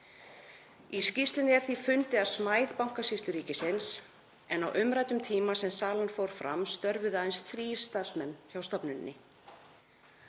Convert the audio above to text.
Í skýrslunni er því fundið að smæð Bankasýslu ríkisins en á umræddum tíma sem salan fór fram störfuðu aðeins þrír starfsmenn hjá stofnuninni.